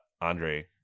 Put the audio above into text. Andre